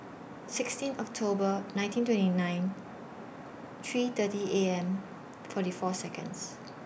sixteen October nineteen twenty nine three thirty A M forty four Seconds